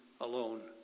alone